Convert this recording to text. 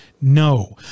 No